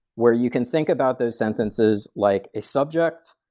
where you can think about those sentences like a subject,